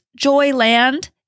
Joyland